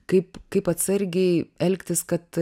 kaip kaip atsargiai elgtis kad